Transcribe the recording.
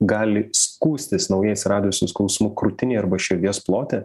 gali skųstis naujai atsiradusiu skausmu krūtinėj arba širdies plote